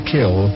Kill